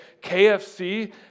KFC